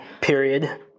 period